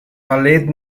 ballet